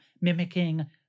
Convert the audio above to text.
mimicking